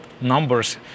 numbers